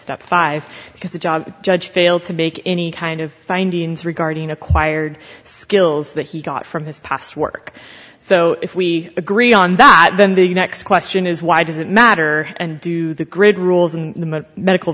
step five because the job judge failed to make any kind of findings regarding acquired skills that he got from his past work so if we agree on that then the next question is why does it matter and do the grid rules and the medical